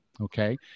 Okay